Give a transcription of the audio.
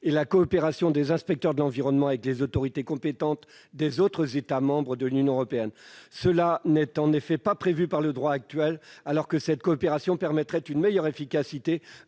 et la coopération des inspecteurs de l'environnement avec les autorités compétentes des autres États membres de l'Union européenne. En effet, ce n'est pas prévu par le droit actuel, alors que cette coopération permettrait une meilleure efficacité